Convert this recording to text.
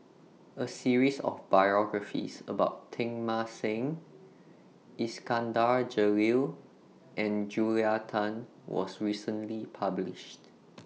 A series of biographies about Teng Mah Seng Iskandar Jalil and Julia Tan was recently published